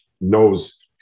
knows